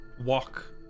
walk